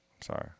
sorry